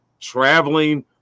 traveling